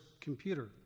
computer